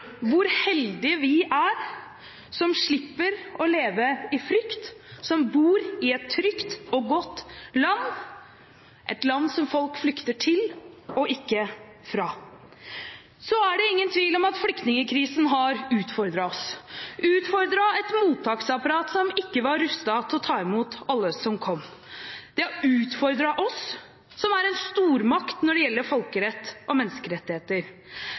hvor heldige vi er som slipper å leve i frykt, som bor i et trygt og godt land, et land som folk flykter til – og ikke fra. Det er ingen tvil om at flyktningkrisen har utfordret oss – utfordret et mottaksapparat som ikke var rustet til å ta imot alle som kom. Det har utfordret oss, som er en stormakt når det gjelder folkerett og menneskerettigheter.